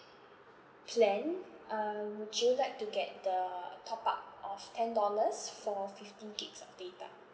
plan uh would you like to get the top up of ten dollars for fifty gigs of data